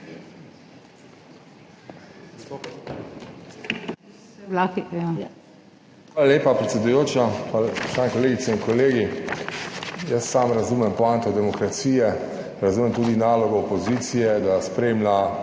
Hvala lepa, predsedujoča. Spoštovani kolegice in kolegi! Jaz sam razumem poanto demokracije, razumem tudi nalogo opozicije, da spremlja